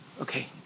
Okay